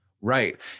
Right